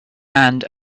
and